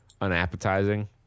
unappetizing